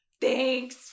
thanks